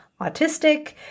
autistic